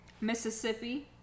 Mississippi